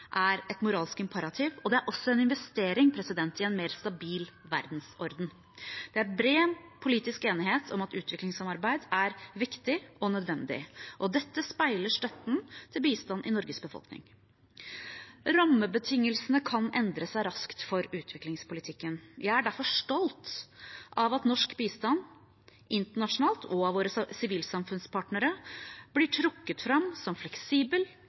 er et moralsk imperativ, og det er også en investering i en mer stabil verdensorden. Det er bred politisk enighet om at utviklingssamarbeid er viktig og nødvendig. Dette speiler støtten til bistand i Norges befolkning. Rammebetingelsene kan endre seg raskt for utviklingspolitikken. Jeg er derfor stolt av at norsk bistand, internasjonalt og av våre sivilsamfunnspartnere, blir trukket fram som fleksibel